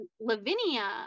Lavinia